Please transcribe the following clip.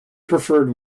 preferred